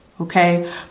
okay